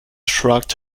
shrugged